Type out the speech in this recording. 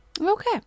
Okay